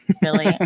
Billy